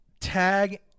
tag